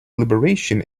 liberation